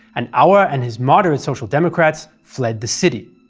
and auer and his moderate social democrats fled the city.